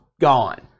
gone